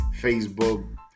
Facebook